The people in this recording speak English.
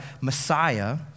Messiah